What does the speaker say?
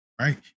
right